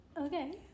Okay